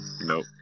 Nope